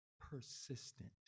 persistent